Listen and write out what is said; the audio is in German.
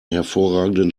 hervorragenden